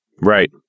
Right